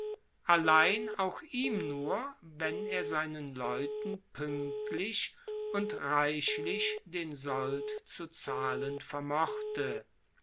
allein auch ihm nur wenn er seinen leuten puenktlich und reichlich den sold zu zahlen vermochte